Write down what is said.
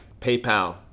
PayPal